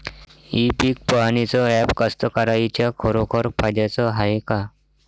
इ पीक पहानीचं ॲप कास्तकाराइच्या खरोखर फायद्याचं हाये का?